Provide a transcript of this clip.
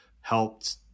helped